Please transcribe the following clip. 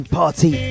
party